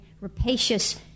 rapacious